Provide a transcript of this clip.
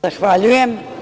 Zahvaljujem.